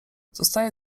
zostaje